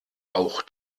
auch